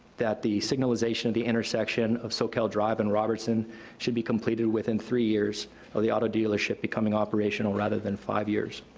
that the signalization of the intersection of soquel drive and robertson should be completed within three years of the auto dealership becoming operational, rather than five years.